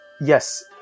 yes